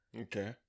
Okay